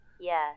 Yes